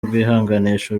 bwihanganisha